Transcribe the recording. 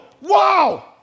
wow